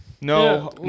No